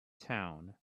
town